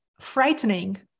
frightening